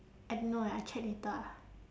I don't know eh I check later ah